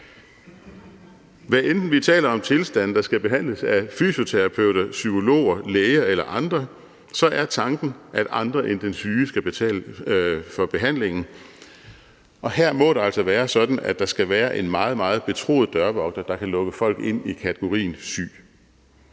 Hvad enten vi taler om tilstande, der skal behandles af fysioterapeuter, psykologer, læger eller andre, så er tanken, at andre end den syge skal betale for behandlingen. Og her må det altså være sådan, at der skal være en meget, meget betroet dørvogter, der kan lukke folk ind i kategorien syg.